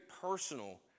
personal